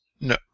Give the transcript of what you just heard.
No